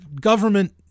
Government